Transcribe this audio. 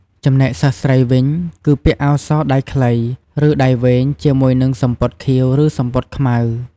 ចំណែកសិស្សស្រីវិញ គឺពាក់អាវសដៃខ្លី ឬដៃវែងជាមួយនឹងសំពត់ខៀវ ឬសំពត់ខ្មៅ។